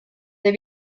they